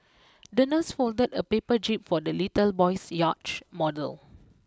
the nurse folded a paper jib for the little boy's yacht model